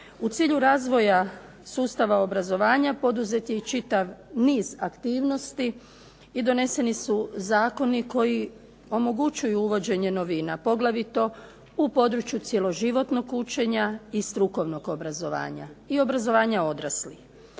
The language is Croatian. U cilju razvoja sustava obrazovanja poduzet je i čitav niz aktivnosti i doneseni su zakoni koji omogućuju uvođenje novina. Poglavito u području cjeloživotnog učenja i strukovnog obrazovanja i obrazovanja odraslih.